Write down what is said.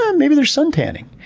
um maybe they're suntanning.